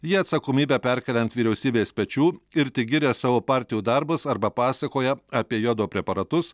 jie atsakomybę perkelia ant vyriausybės pečių ir tik giria savo partijų darbus arba pasakoja apie jodo preparatus